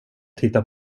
tittar